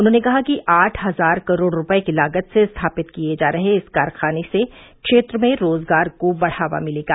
उन्होंने कहा कि आठ हजार करोड़ रूपये की लागत से स्थापित किये जा रहे इस कारखाने से क्षेत्र में रोजगार को बढ़ावा मिलेगा